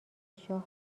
شاه